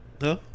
No